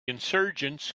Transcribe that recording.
insurgents